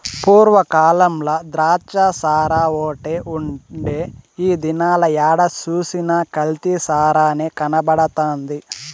పూర్వ కాలంల ద్రాచ్చసారాఓటే ఉండే ఈ దినాల ఏడ సూసినా కల్తీ సారనే కనబడతండాది